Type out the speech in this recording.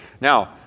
Now